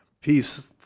Peace